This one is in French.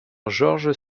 georges